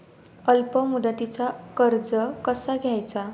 अल्प मुदतीचा कर्ज कसा घ्यायचा?